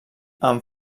amb